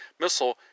missile